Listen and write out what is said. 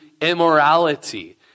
immorality